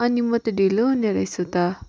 अनि म त ढिलो हुने रहेछु त